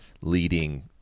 leading